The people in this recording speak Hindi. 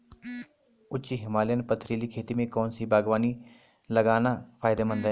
उच्च हिमालयी पथरीली खेती में कौन सी बागवानी लगाना फायदेमंद है?